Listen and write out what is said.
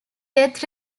death